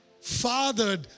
fathered